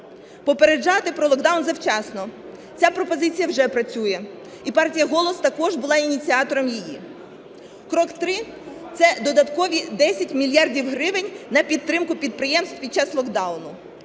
Попереджати про нокдаун завчасно, ця пропозиція вже працює, і партія "Голос" також була ініціатором її. Крок три – це додаткові 10 мільярдів гривень на підтримку підприємств під час локдауну.